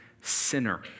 sinner